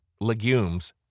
legumes